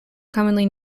commonly